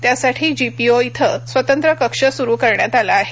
त्यासाठी जीपीओ येथे स्वतंत्र कक्ष सुरू करण्यात आला आहे